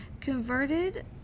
Converted